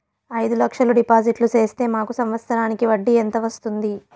అయిదు లక్షలు డిపాజిట్లు సేస్తే మాకు సంవత్సరానికి వడ్డీ ఎంత వస్తుంది?